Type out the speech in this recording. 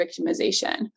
victimization